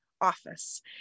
office